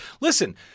listen